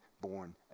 born